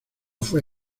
fue